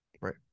Right